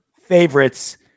favorites